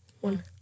one